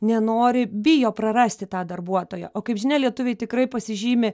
nenori bijo prarasti tą darbuotoją o kaip žinia lietuviai tikrai pasižymi